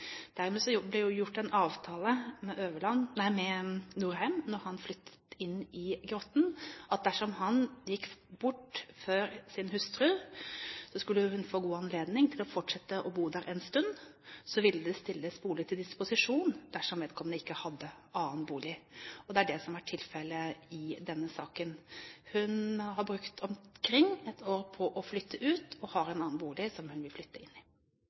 ble gjort en avtale med Nordheim da han flyttet inn i Grotten, at dersom han gikk bort før sin hustru, skulle hun få god anledning til fortsatt å bo der en stund, og så ville det stilles bolig til disposisjon dersom vedkommende ikke hadde annen bolig. Det er det som er tilfellet i denne saken. Hun har brukt omkring et år på å flytte ut og har en annen bolig som hun vil flytte inn i.